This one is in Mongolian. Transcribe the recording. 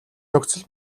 нөхцөл